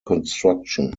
construction